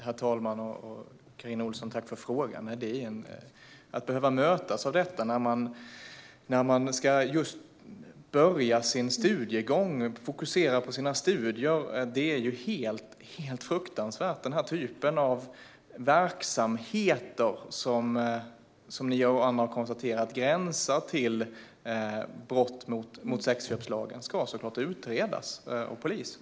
Herr talman! Tack för frågan, Carina Ohlsson! Att behöva mötas av detta när man just ska börja sin studiegång och fokusera på sina studier är helt fruktansvärt. Denna typ av verksamhet gränsar, som ni och andra konstaterat, till brott mot sexköpslagen och ska såklart utredas av polis.